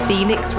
Phoenix